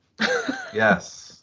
Yes